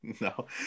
No